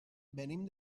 venim